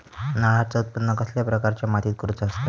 नारळाचा उत्त्पन कसल्या प्रकारच्या मातीत करूचा असता?